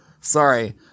Sorry